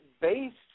based